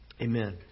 Amen